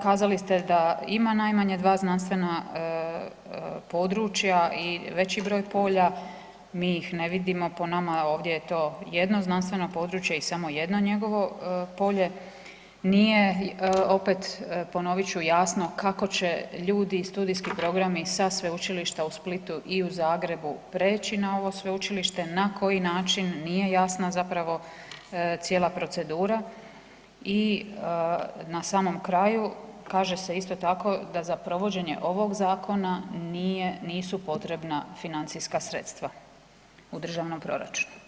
Kazali ste da ima najmanje dva znanstvena područja i veći broj polja, mi ih ne vidimo, po nama je ovdje to jedno znanstveno područje i samo jedno njegovo polje, nije opet ponovit ću, jasno kako će ljudi i studijski programi sa Sveučilišta u Splitu i u Zagrebu preći na ovo sveučilište, na koji način, nije jasna zapravo cijela procedura i na samom kraju, kaže se isto tako da za provođenje ovog zakona nisu potrebna financijska sredstva u državnom proračunu.